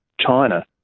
China